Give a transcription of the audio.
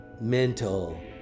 mental